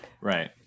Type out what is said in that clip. Right